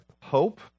hope